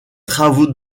travaux